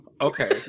okay